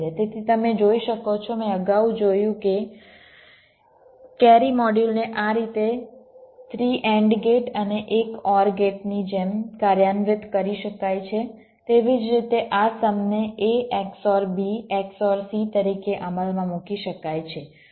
તેથી જેમ તમે જોઈ શકો છો મેં અગાઉ જોયું છે કે કેરી મોડ્યુલને આ રીતે 3 AND ગેટ અને એક OR ગેટની જેમ કાર્યાન્વિત કરી શકાય છે તેવી જ રીતે આ સમને A XOR B XOR C તરીકે અમલમાં મૂકી શકાય છે